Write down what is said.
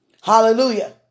Hallelujah